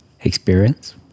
experience